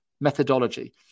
methodology